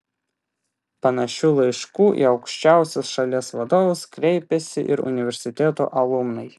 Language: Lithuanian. panašiu laišku į aukščiausius šalies vadovus kreipėsi ir universiteto alumnai